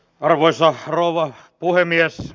arvoisa rouva puhemies